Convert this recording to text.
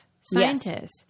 scientists